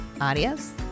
Adios